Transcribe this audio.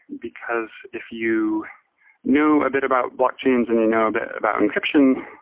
because if you know a bit about blockchains and you know a bit about encryption,